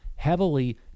heavily